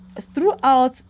throughout